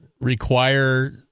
require